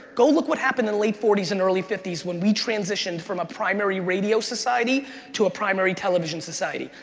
go look what happened in the late forty s and early fifty s when we transitioned from a primary radio society to a primary television society.